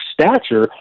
stature